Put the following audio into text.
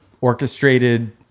orchestrated